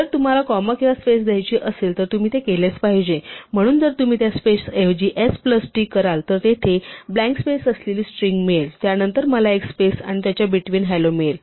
जर तुम्हाला कोमा किंवा स्पेस द्यायची असेल तर तुम्ही ते केलेच पाहिजे म्हणून जर तुम्ही त्या स्पेस ऐवजी s प्लस t कराल तर तेथे ब्ल्यांक स्पेस असलेली स्ट्रिंग मिळेल त्यानंतर मला एक स्पेस आणि त्याच्या बिटवीन हॅलो मिळेल